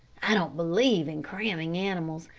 i don't believe in cramming animals.